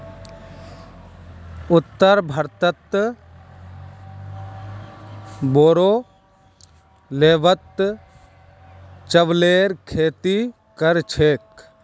उत्तर भारतत बोरो लेवलत चावलेर खेती कर छेक